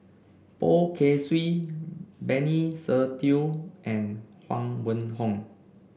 Poh Kay Swee Benny Se Teo and Huang Wenhong